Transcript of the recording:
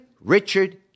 Richard